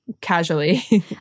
casually